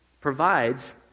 provides